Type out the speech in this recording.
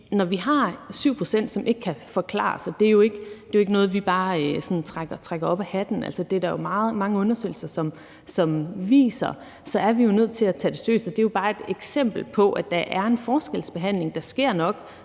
når der er 7 pct., som ikke kan forklares – og det er jo ikke noget, vi bare sådan trækker op af hatten; det er der jo mange undersøgelser der viser – så er vi nødt til at tage det seriøst. Det er jo bare et eksempel på, at der er en forskelsbehandling. Og som